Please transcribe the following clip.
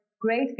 great